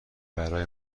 برای